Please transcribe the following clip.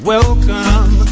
Welcome